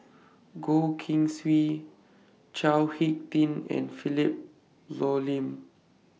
Goh Keng Swee Chao Hick Tin and Philip Hoalim